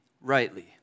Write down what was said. rightly